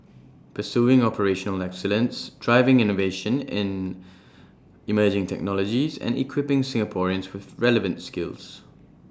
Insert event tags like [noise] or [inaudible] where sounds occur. pursuing operational excellence driving innovation in [noise] emerging technologies and equipping Singaporeans with relevant skills